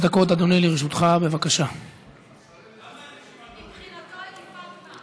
תודה רבה לחבר הכנסת אחמד טיבי.